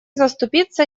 заступиться